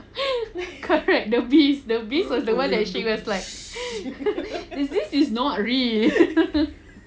correct the beast the beast was the one that she was like there's this is not real